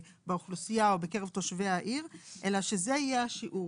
באוכלוסייה או בקרב תושבי העיר אלא שזה יהיה השיעור